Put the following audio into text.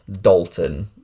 Dalton